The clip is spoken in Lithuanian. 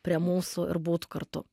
prie mūsų ir būtų kartu